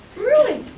really?